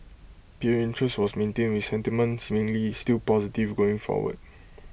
period interest was maintained with sentiment seemingly still positive going forward